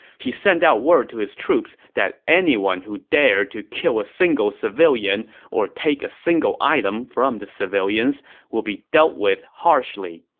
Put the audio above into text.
he sent out word to his troops that anyone who dared to kill a single civilian or take a single item from the civilians would be dealt with harshly.